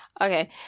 Okay